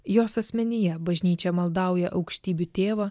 jos asmenyje bažnyčia maldauja aukštybių tėvą